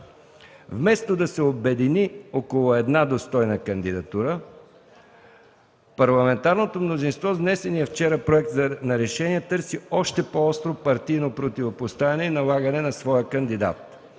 Вместо да се обедини около една достойна кандидатура, парламентарното мнозинство с внесения вчера Проект на решение търси още по-остро партийно противопоставяне и налагане на своя кандидат.